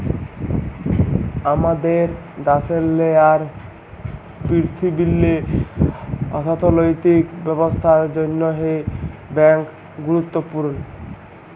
আমাদের দ্যাশেল্লে আর পীরথিবীল্লে অথ্থলৈতিক ব্যবস্থার জ্যনহে ব্যাংক গুরুত্তপুর্ল